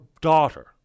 daughter